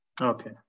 Okay